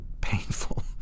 painful